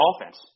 offense